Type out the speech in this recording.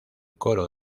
coro